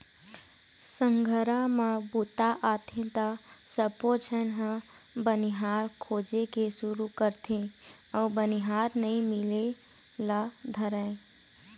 संघरा म बूता आथे त सबोझन ह बनिहार खोजे के सुरू करथे अउ बनिहार नइ मिले ल धरय